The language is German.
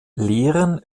lehren